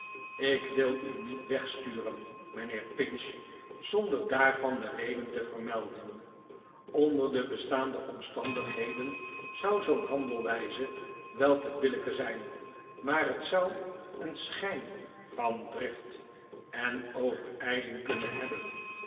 ik wil u niet wegsturen mijnheer pinch zonder daarvan de reden te vermelden onder de bestaande omstandigheden zou zoo'n handelwijze wel te billijken zijn maar het zou een schijn van drift en overijling kunnen hebben